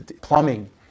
plumbing